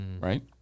right